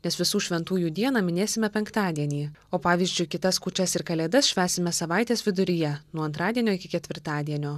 nes visų šventųjų dieną minėsime penktadienį o pavyzdžiui kitas kūčias ir kalėdas švęsime savaitės viduryje nuo antradienio iki ketvirtadienio